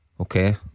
Okay